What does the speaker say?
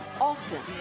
Austin